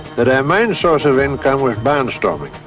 that our main source of income was barnstorming,